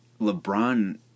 LeBron